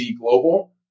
Global